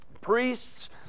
priests